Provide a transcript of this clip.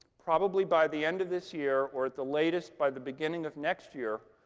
probably by the end of this year, or at the latest by the beginning of next year,